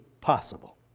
possible